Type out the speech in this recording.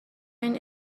این